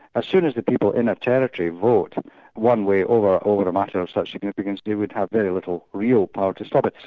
as soon as the people in a territory vote one way over over the matter of such significance, they would have very little real power to stop it.